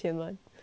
ya